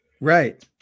Right